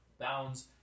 bounds